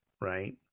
right